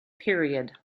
period